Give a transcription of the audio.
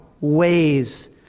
ways